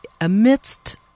amidst